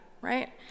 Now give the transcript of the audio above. right